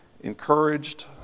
encouraged